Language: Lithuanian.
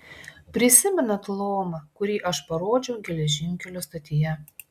prisimenat lomą kurį aš parodžiau geležinkelio stotyje